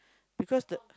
because the